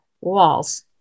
walls